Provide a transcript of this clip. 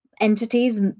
entities